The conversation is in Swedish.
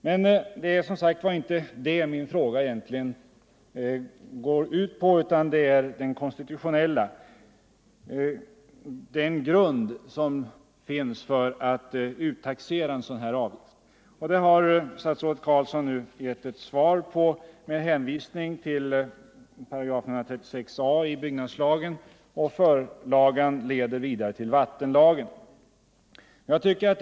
Men det är som sagt inte detta min fråga gäller, utan den rör den konstitutionella grunden för att uttaxera en sådan här avgift. Statsrådet Carlsson har i sitt svar hänvisat till 136 a § i byggnadslagen och till att förlagan till denna paragraf hänvisar till vattenlagens tilllämpning.